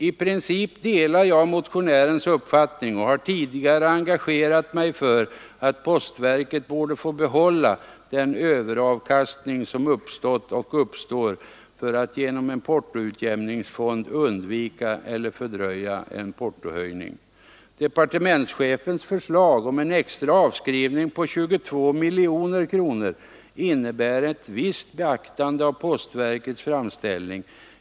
I princip delar jag motionärernas uppfattning och har tidigare engagerat mig för att postverket borde få behålla den överavkastning som uppstått och uppstår för att genom en portoutjämningsfond undvika eller fördröja en portohöjning. Departementschefens förslag om en extra avskrivning på 22 miljoner kronor innebär ett visst beaktande av postverkets framställning.